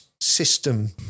system